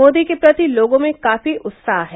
मोदी के प्रति लोगों में काफी उत्साह है